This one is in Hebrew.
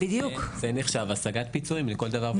זה נחשב השגת פיצויים לכל דבר ועניין.